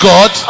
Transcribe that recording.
God